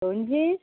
दोनशीं